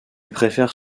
préfère